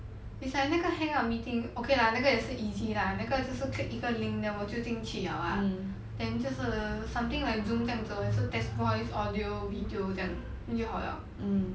it's like 那个 hangout meeting okay lah 那个也是 easy lah 那个只是 click 一个 link then 我就进去 liao lah then 就是 something like zoom 这样子 lor 也是 test voice audio video 这样 then 就好 liao